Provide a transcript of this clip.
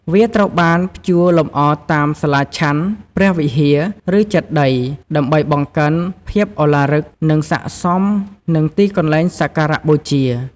វាត្រូវបានព្យួរលម្អតាមសាលាឆាន់ ព្រះវិហារ ឬចេតិយ ដើម្បីបង្កើនភាពឱឡារិក និងស័ក្តិសមនឹងទីកន្លែងសក្ការៈបូជា។